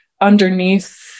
underneath